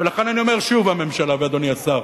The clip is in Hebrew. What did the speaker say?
ולכן אני אומר שוב, הממשלה ואדוני השר,